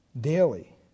daily